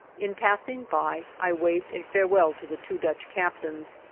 in passing by, i waved a farewell to the two dutch captains,